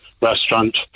restaurant